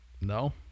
no